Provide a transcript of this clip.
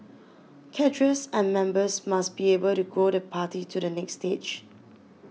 cadres and members must be able to grow the party to the next stage